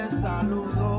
saludo